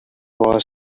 was